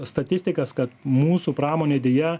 statistikas kad mūsų pramonė deja